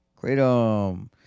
Kratom